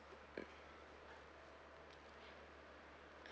mm